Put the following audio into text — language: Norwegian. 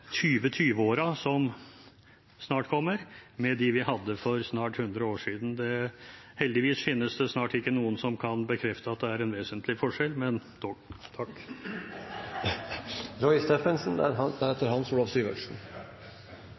som snart kommer, med dem vi hadde for snart 100 år siden. Heldigvis finnes det snart ikke noen som kan bekrefte at det er en vesentlig forskjell, men